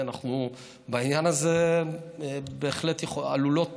בעניין הזה בהחלט עלולות